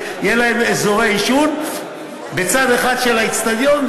יהיו להם אזורי עישון בצד אחד של האיצטדיון,